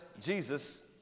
Jesus